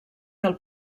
del